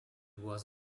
was